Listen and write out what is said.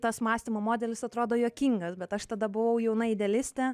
tas mąstymo modelis atrodo juokingas bet aš tada buvau jauna idealistė